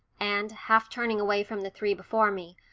and, half turning away from the three before me,